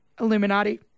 Illuminati